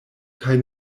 kaj